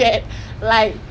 is it habibi ah